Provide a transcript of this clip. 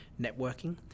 networking